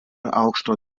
aukšto